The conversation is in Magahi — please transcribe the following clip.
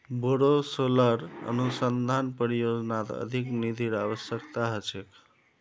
बोरो सोलर अनुसंधान परियोजनात अधिक निधिर अवश्यकता ह छेक